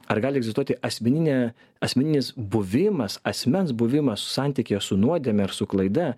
ar gali egzistuoti asmeninė asmeninis buvimas asmens buvimas santykyje su nuodėme ir su klaida